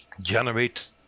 generate